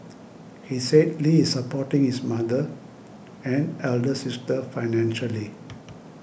he said Lee is supporting his mother and elder sister financially